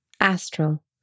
astral